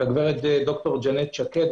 ד"ר ז'נט שקד,